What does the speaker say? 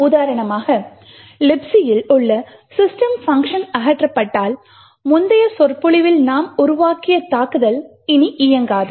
உதாரணமாக Libcல் உள்ள system பங்க்ஷன் அகற்றப்பட்டால் முந்தைய சொற்பொழிவில் நாம் உருவாக்கிய தாக்குதல் இனி இயங்காது